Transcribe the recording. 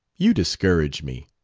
you discourage me.